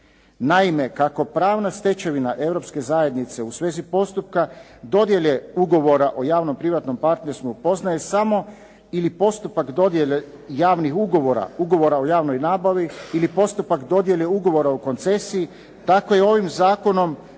Naime, kako pravna stečevina Europske zajednice u svezi postupka dodjele ugovora o javno-privatnom partnerstvu poznaje samo ili postupak dodjele javnih ugovora, ugovora o javnoj nabavi ili postupak dodjele ugovora o koncesiji, tako i ovim zakonom,